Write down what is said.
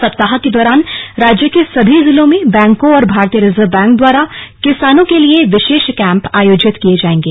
सप्ताह के दौरान राज्य के सभी जिलों में बैंकों और भारतीय रिजर्व बैंक द्वारा किसानों के लिए विशेष कैंप आयोजित किए जाएंगे